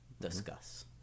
Discuss